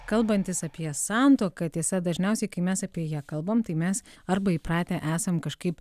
kalbantis apie santuoką tiesa dažniausiai kai mes apie ją kalbam tai mes arba įpratę esam kažkaip